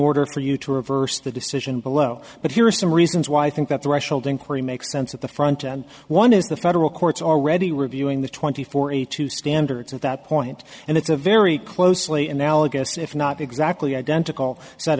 order for you to reverse the decision below but here are some reasons why i think that threshold inquiry makes sense at the front and one is the federal courts already reviewing the twenty four eight two standards at that point and it's a very closely analogous if not exactly identical set